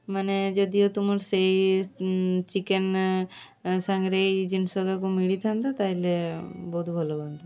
ମାନେ ଯଦିଓ ତୁମର ସେଇ ଚିକେନ୍ ସାଙ୍ଗରେ ଏଇ ଜିନିଷ କାକୁ ମିଳିଥାନ୍ତା ତାହେଲେ ବହୁତ ଭଲ ହୁଅନ୍ତା